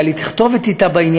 הייתה לי תכתובת אתה בעניין,